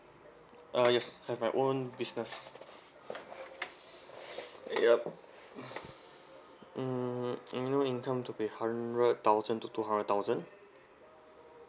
uh yes have my own business yup mm annual income to be hundred thousand to two hundred thousand